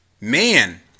man